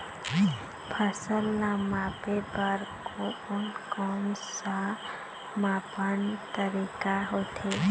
फसल ला मापे बार कोन कौन सा मापन तरीका होथे?